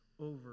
over